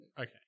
Okay